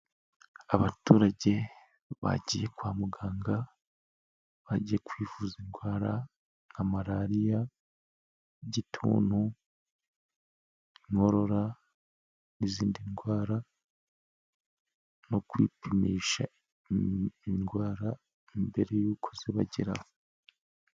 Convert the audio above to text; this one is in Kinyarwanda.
Abaturage bagiye kwa muganga, baje kwivuza indwara nka malariya, gituntu, inkorora n'izindi ndwara, no kwipimisha indwara mbere y'uko zibageraho.